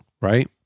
right